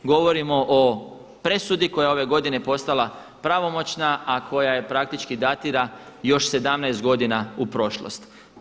Govorimo o presudi koja ove godine postala pravomoćna, a koja praktički datira još 17 godina u prošlost.